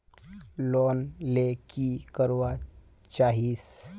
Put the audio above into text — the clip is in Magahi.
लोन ले की करवा चाहीस?